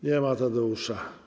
Nie ma Tadeusza.